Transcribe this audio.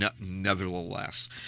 nevertheless